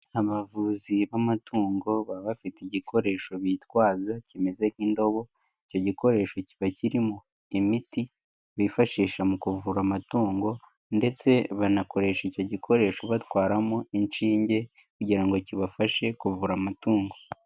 Abavuzi b'amatungo baba bafite igikoresho bitwaza kimeze nk'indobo, icyo gikoresho kiba kirimo imiti, bifashisha mu kuvura amatungo ndetse banakoresha icyo gikoresho batwaramo inshinge kugira ngo kibafashe kuvura amatungo.